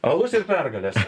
alus ir pergalės